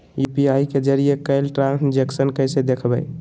UPI के जरिए कैल ट्रांजेक्शन कैसे देखबै?